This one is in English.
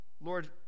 Lord